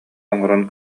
оҥорон